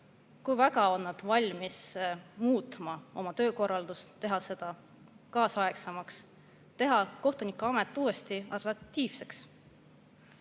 kui väga on nad valmis muutma oma töökorraldust, teha seda kaasaegsemaks, teha kohtunikuamet uuesti atraktiivseks.